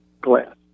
glass